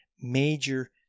major